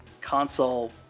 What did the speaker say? console